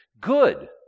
good